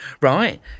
right